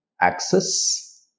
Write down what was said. access